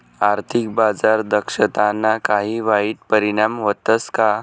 आर्थिक बाजार दक्षताना काही वाईट परिणाम व्हतस का